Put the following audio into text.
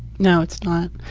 no, it's not.